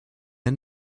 end